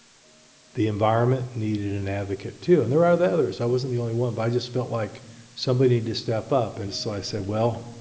the environment needed an advocate too. and there are the others. i wasn't the only one. but i just felt like somebody needed to step up. and so i said, well,